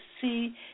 see